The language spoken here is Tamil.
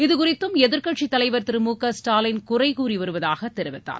இதுகுறித்தும் எதிர்க்கட்சித்தலைவர் திரு மு க ஸ்டாலின் குறை கூறி வருவதாக தெரிவித்தார்